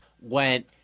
went